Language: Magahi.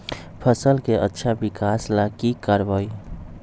फसल के अच्छा विकास ला की करवाई?